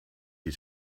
die